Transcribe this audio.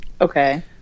Okay